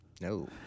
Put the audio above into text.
No